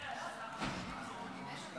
אתה יכול.